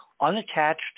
unattached